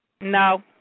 No